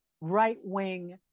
right-wing